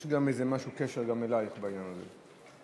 יש קשר גם אלייך בעניין הזה.